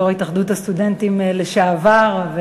יושב-ראש התאחדות הסטודנטים לשעבר.